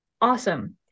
awesome